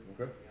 Okay